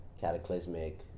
cataclysmic